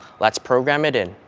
let's program it in.